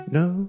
no